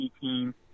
team